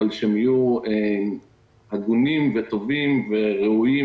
אבל שהם יהיו הגונים וטובים וראויים,